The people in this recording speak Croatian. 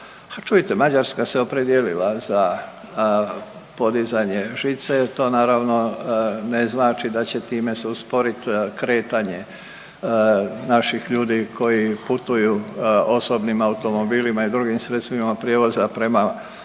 čujte, Mađarska se opredijelila za podizanje žice. To naravno ne znači da će time se usporiti kretanje naših ljudi koji putuju osobnim automobilima i drugim sredstvima prijevoza prema Mađarskoj.